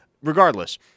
Regardless